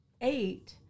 eight